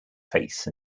face